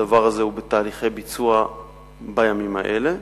הדבר הזה הוא בתהליכי ביצוע בימים האלה.